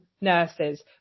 nurses